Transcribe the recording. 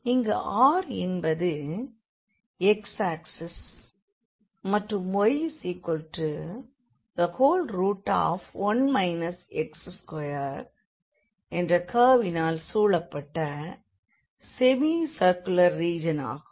இங்கு R என்பது x axis மற்றும் y1 x2 என்ற கர்வினால் சூழப்பட்ட செமி சர்குலர் ரீஜன் ஆகும்